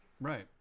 Right